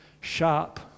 sharp